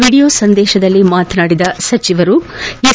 video ಸಂದೇಶದಲ್ಲಿ ಮಾತನಾಡಿರುವ ಅವರು ಎಸ್